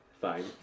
Fine